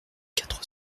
quatre